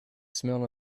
smell